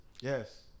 Yes